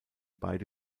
beide